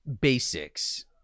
basics